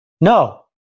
no